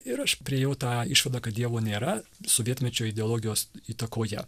ir aš priėjau tą išvadą kad dievo nėra sovietmečio ideologijos įtakoje